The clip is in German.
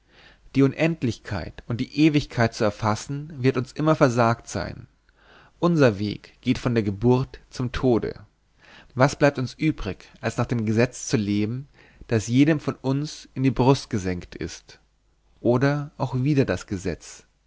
die unendlichkeit und die ewigkeit zu erfassen wird uns immer versagt sein unser weg geht von der geburt zum tode was bleibt uns übrig als nach dem gesetz zu leben das jedem von uns in die brust gesenkt ist oder auch wider das gesetz